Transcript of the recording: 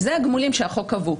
ואלו הגמולים שהחוק קבע.